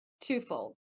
twofold